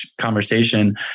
conversation